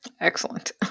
Excellent